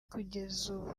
kugeza